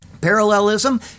Parallelism